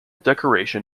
decoration